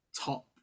top